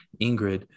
Ingrid